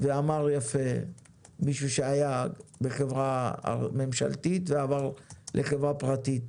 ואת זה אמר מישהו שהיה בחברה ממשלתית ועבר לחברה פרטית.